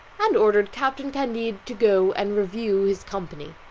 and ordered captain candide to go and review his company.